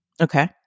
Okay